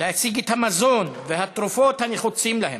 להשיג את המזון והתרופות הנחוצים להם.